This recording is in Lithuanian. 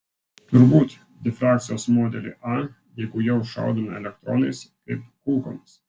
turbūt difrakcijos modelį a jeigu jau šaudome elektronais kaip kulkomis